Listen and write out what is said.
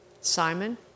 Simon